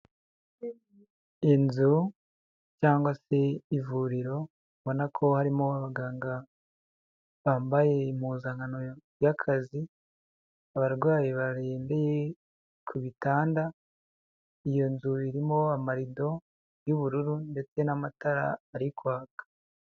Inzu cyangwa se ivuriro mbona ko harimo abaganga bambaye impuzankano y'akazi, abarwayi barembeye ku bitanda, iyo nzu irimo amarido y'ubururu ndetse n'amatara ari kwaka.